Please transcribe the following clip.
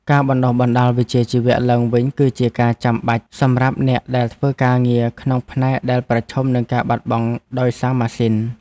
ការបណ្តុះបណ្តាលវិជ្ជាជីវៈឡើងវិញ គឺជាការចាំបាច់សម្រាប់អ្នកដែលធ្វើការងារក្នុងផ្នែកដែលប្រឈមនឹងការបាត់បង់ដោយសារម៉ាស៊ីន។